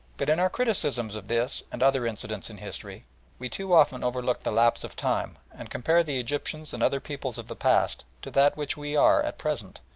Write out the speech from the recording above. but in our criticisms of this and other incidents in history we too often overlook the lapse of time and compare the egyptians and other peoples of the past to that which we are at present,